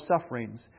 sufferings